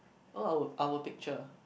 oh our our picture